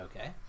okay